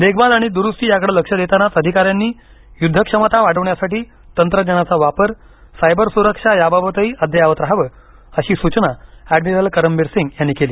देखभाल आणि दुरुस्ती याकडं लक्ष देतानाच अधिकाऱ्यांनी युद्धक्षमता वाढवण्यासाठी तंत्रज्ञानाचा वापर सायबर सुरक्षा याबाबतही अद्ययावर रहावं अशी सूचना एडमिरल करमबिर सिंग यांनी केली